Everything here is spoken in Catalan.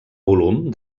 volum